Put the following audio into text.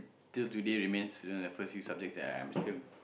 till today reminds you know the first few subjects that I'm still